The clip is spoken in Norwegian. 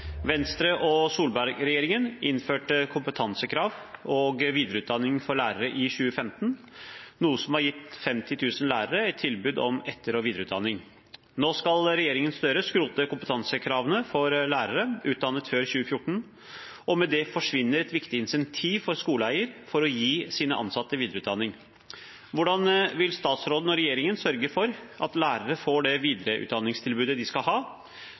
og Solberg-regjeringen innførte kompetansekrav og videreutdanning for lærere i 2015, noe som har gitt 50 000 lærere et tilbud om etter- og videreutdanning. Nå skal regjeringen Støre skrote kompetansekravene for lærere utdannet før 2014, og med det forsvinner et viktig insentiv for skoleeier for å gi sine ansatte videreutdanning. Hvordan vil statsråden og regjeringen sørge for at lærere får det videreutdanningstilbudet de skal ha,